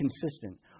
consistent